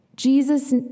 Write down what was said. Jesus